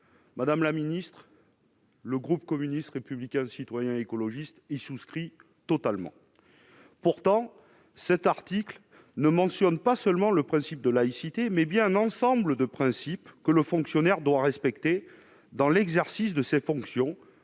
Madame la ministre, le groupe communiste républicain citoyen et écologiste y souscrit totalement. Pour autant, cet article ne mentionne pas seulement le principe de laïcité, mais bien un ensemble de principes que le fonctionnaire doit respecter dans l'exercice de ses fonctions,